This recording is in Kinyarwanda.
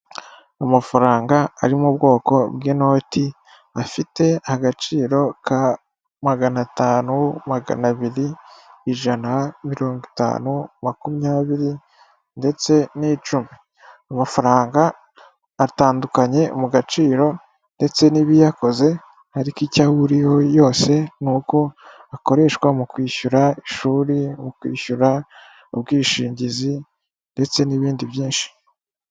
Amafaranga ari mu bwoko bw'inoti afite agaciro ka maganatanu magana abiri ijana mirongo itanu makumyabiri ndetse n'icumi amafaranga atandukanye mu gaciro ndetse n'ibiyakoze ariko icyo ahuriweho yose n uko akoreshwa mu kwishyura ishuri mu kwishyura ubwishingizi ndetse n'ibindi byinshi.